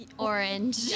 Orange